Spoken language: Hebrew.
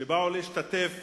שבאו להשתתף